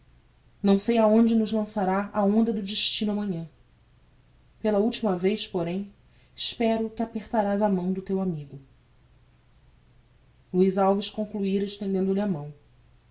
não sei aonde nos lançará a onda do destino amanhã pela ultima vez porém espero que apertarás a mão do teu amigo luiz alves concluíra estendo lhe a mão